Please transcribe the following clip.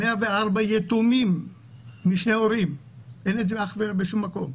104 יתומים משני הורים, אין לזה אח ורע בשום מקום.